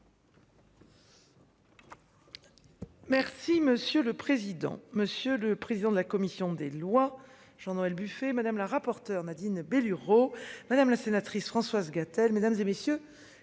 Merci monsieur le président, monsieur le président de la commission des lois, j'en aurai le buffet madame la rapporteure Nadine. Madame la sénatrice Françoise Gatel mesdames et messieurs